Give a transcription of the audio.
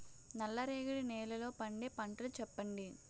నల్ల రేగడి నెలలో పండే పంటలు చెప్పండి?